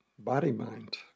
body-mind